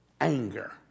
anger